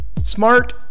smart